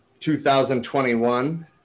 2021